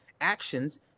actions